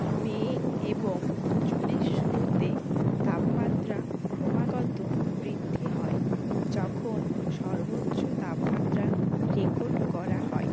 মে এবং জুনের শুরুতে তাপমাত্রা ক্রমাগত বৃদ্ধি হয় যখন সর্বোচ্চ তাপমাত্রা রেকর্ড করা হয়